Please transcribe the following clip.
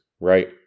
right